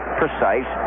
precise